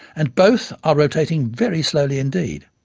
and both are rotating very slowly indeed.